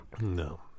no